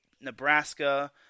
Nebraska